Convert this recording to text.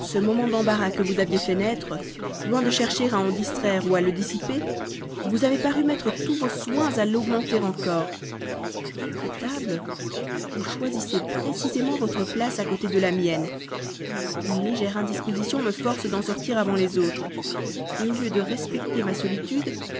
ce moment d'embarras que vous aviez fait naître loin de chercher à en distraire ou à le dissiper vous avez paru mettre tous vos soins à l'augmenter encore a table vous choisissez précisément votre place à côté de la mienne une légère indisposition me force d'en sortir avant les autres au lieu de respecter ma solitude